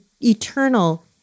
eternal